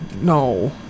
No